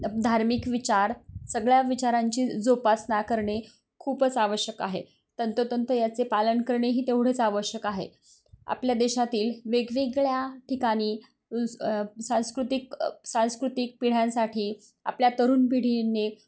धार्मिक विचार सगळ्या विचारांची जोपासना करणे खूपच आवश्यक आहे तंतोतंत याचे पालन करणेही तेवढंच आवश्यक आहे आपल्या देशातील वेगवेगळ्या ठिकाणी उल सांस्कृतिक सांस्कृतिक पिढ्यांसाठी आपल्या तरुण पिढीने